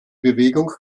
bewegung